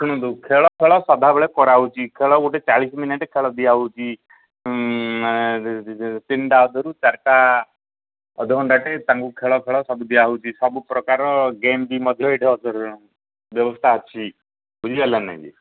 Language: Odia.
ଶୁଣନ୍ତୁ ଖେଳ ଫେଳ ସଦାବେଳେ କରାହେଉଛି ଖେଳ ଗୋଟେ ଚାଳିଶି ମିନିଟ୍ ଖେଳ ଦିଆହେଉଛି ତିନିଟା ଅଧେରୁ ଚାରିଟା ଅଧଘଣ୍ଟାଟେ ତାଙ୍କୁ ଖେଳ ଫେଳ ସବୁ ଦିଆହେଉଛି ସବୁ ପ୍ରକାର ଗେମ୍ ବି ମଧ୍ୟ ଏଇଠି ବ୍ୟବସ୍ଥା ଅଛି ବୁଝିପାରିଲ ନାଇଁ କି